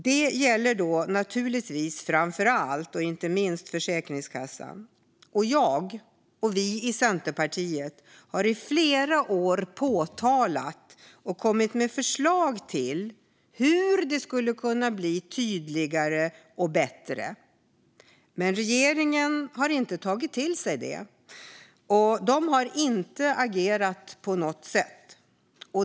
Det gäller framför allt Försäkringskassan. Jag och Centerpartiet har i flera år påpekat och kommit med förslag på hur det skulle kunna bli tydligare och bättre. Men regeringen har inte tagit till sig det, och de har inte agerat på något sätt.